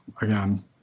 again